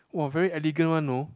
wow very elegant one know